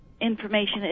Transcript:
information